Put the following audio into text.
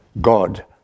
God